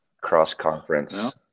cross-conference